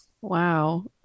Wow